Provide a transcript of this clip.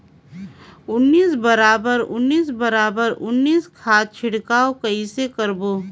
उन्नीस बराबर उन्नीस बराबर उन्नीस खाद छिड़काव कइसे करबो?